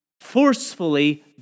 Forcefully